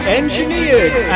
engineered